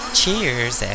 cheers